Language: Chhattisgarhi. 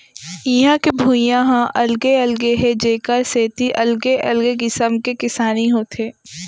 इहां के भुइंया ह अलगे अलगे हे जेखर सेती अलगे अलगे किसम के किसानी होथे